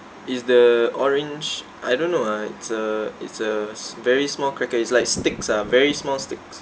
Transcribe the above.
is the orange I don't know ah it's a it's a s~ very small cracker is like sticks ah very small sticks